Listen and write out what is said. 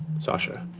sasha,